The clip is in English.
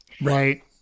Right